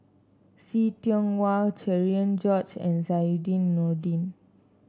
See Tiong Wah Cherian George and Zainudin Nordin